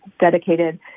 dedicated